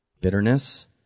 bitterness